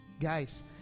guys